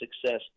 success